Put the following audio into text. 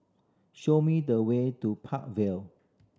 show me the way to Park Vale